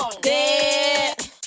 dead